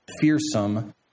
fearsome